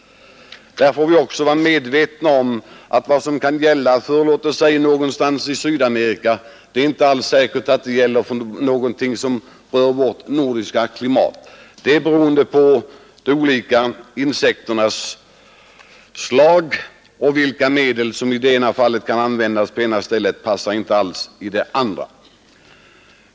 Vi måste också vara medvetna om att vad som kan vara riktigt i t.ex. Sydamerika inte alls behöver vara det i vårt nordiska klimat. Det kan bero på att vi har olika slag av insekter — medel som kan användas på den ena platsen passar kanske inte alls på den andra.